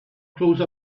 close